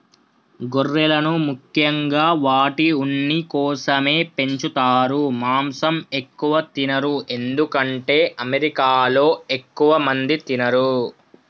గొర్రెలను ముఖ్యంగా వాటి ఉన్ని కోసమే పెంచుతారు మాంసం ఎక్కువ తినరు ఎందుకంటే అమెరికాలో ఎక్కువ మంది తినరు